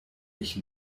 ich